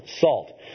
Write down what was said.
salt